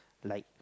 like